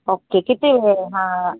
okay किती वेळ हां